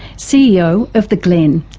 ceo of the glen,